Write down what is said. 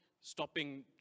stopping